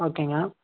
ஓகேங்க